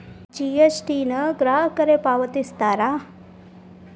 GST ನ ಗ್ರಾಹಕರೇ ಪಾವತಿಸ್ತಾರಾ